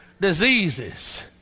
diseases